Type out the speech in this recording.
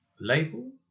label